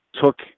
took